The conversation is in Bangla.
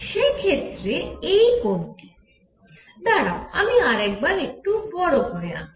সে ক্ষেত্রে এই কোণটি দাঁড়াও আমি আরেকবার একটু বড় করে আঁকি